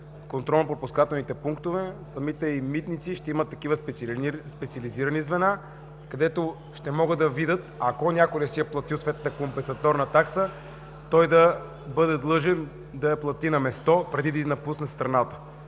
контролно-пропускателните пунктове и в самите митници ще имат такива специализирани звена, където ще могат да видят, ако някой не си е платил съответната компенсаторна такса, той да бъде длъжен да я плати на место, преди да напусне страната.